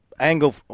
Angle